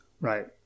Right